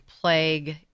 plague